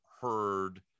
heard